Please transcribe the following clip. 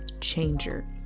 changer